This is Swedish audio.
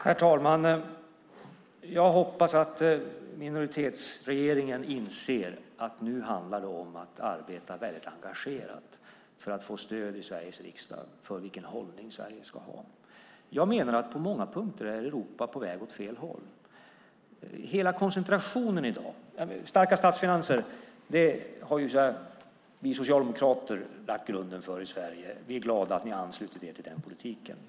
Herr talman! Jag hoppas att minoritetsregeringen inser att det nu handlar om att arbeta väldigt engagerat för att få stöd i Sveriges riksdag för vilken hållning Sverige ska ha. Jag menar att Europa på många punkter är på väg åt fel håll. Starka statsfinanser har ju, så att säga, vi socialdemokrater lagt grunden för i Sverige. Vi är glada över att ni ansluter er till den politiken.